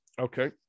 Okay